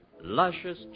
luscious